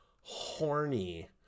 horny